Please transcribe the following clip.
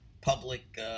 public